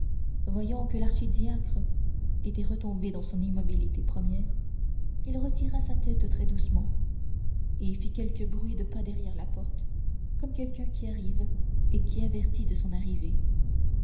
voyant que l'archidiacre était retombé dans son immobilité première il retira sa tête très doucement et fit quelque bruit de pas derrière la porte comme quelqu'un qui arrive et qui avertit de son arrivée